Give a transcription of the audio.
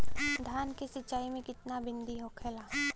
धान की सिंचाई की कितना बिदी होखेला?